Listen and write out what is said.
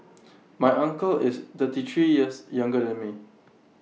my uncle is thirty three years younger than me